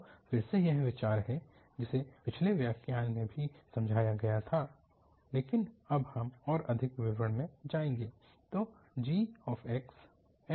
तो फिर से यह विचार है जिसे पिछले व्याख्यान में भी समझाया गया था लेकिन अब हम और अधिक विवरण में जाएंगे